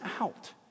out